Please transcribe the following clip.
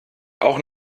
auch